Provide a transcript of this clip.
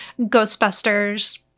Ghostbusters